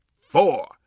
four